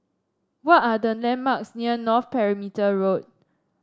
what are the landmarks near North Perimeter Road